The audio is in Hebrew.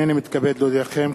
הנני מתכבד להודיעכם,